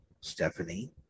Stephanie